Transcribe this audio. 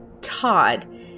Todd